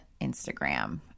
Instagram